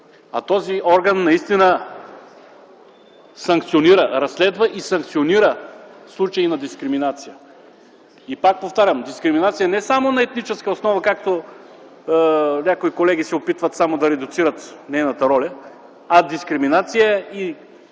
а този орган наистина разследва и санкционира случаи на дискриминация. И пак повтарям – дискриминация не само на етническа основа, както някои колеги се опитват да редуцират нейната роля, а дискриминация и